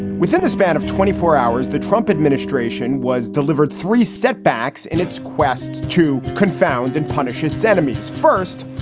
within the span of twenty four hours, the trump administration was delivered three setbacks in its quest to confound and punish its enemies. first,